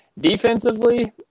Defensively